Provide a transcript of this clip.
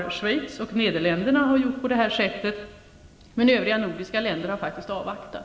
Schweiz och Nederländerna har gjort på detta sätt, men övriga nordiska länder har avvaktat.